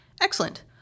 Excellent